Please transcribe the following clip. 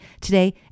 today